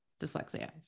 dyslexia